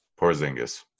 porzingis